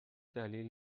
دلیل